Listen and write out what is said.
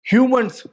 Humans